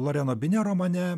loreno bine romane